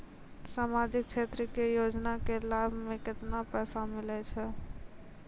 समाजिक क्षेत्र के योजना के लाभ मे केतना पैसा मिलै छै?